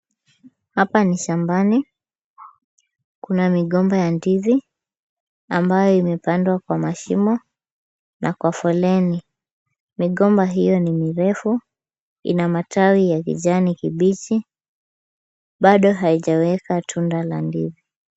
Hapa ni shambani. Kuna migomba ya ndizi ambayo imepandwa kwa mashimo na kwa foleni. Migomba hiyo ni mirefu, ina matawi ya kijani kibichi, bado haijaweka tunda la ndizi.